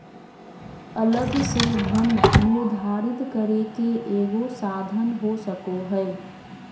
अलग से धन निर्धारित करे के एगो साधन हो सको हइ